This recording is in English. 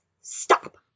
Stop